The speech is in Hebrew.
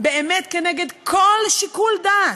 באמת כנגד כל שיקול דעת,